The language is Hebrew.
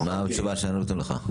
אוקיי, מה התשובה שהם נתנו לך?